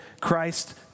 Christ